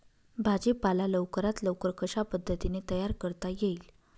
भाजी पाला लवकरात लवकर कशा पद्धतीने तयार करता येईल?